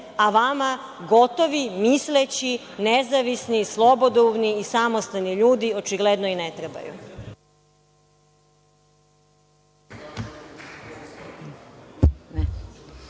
a vama gotovi, misleći, nezavisni, slobodoumni i samostalni ljudi očigledno i ne trebaju.